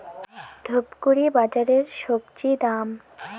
ধূপগুড়ি বাজারের স্বজি দাম?